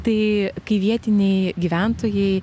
tai kai vietiniai gyventojai